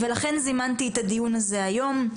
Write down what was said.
ולכן זימנתי את הדיון הזה היום.